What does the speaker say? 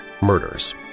murders